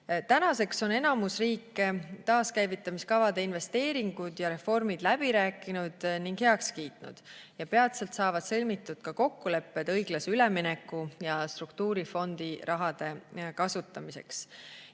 Tänaseks on enamus riike taaskäivitamise kava investeeringud ja reformid läbi rääkinud ning heaks kiitnud, peatselt saavad sõlmitud ka kokkulepped õiglase ülemineku ja struktuurifondi rahade kasutamiseks. Jätkuvalt